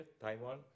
Taiwan